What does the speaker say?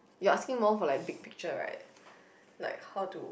you are asking more for like big picture right like how to